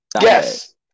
Yes